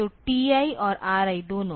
तो TI और RI दोनों